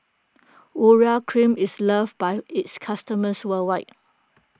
Urea Cream is loved by its customers worldwide